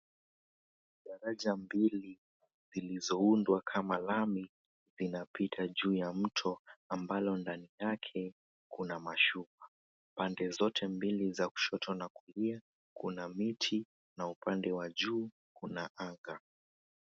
Daraja mbili, zilizoundwa kama lami zinapita juu ya mto, ambalo ndani yake kuna mashua. Pande zote mbili za kushoto na kulia kuna miti na upande wa juu kuna anga.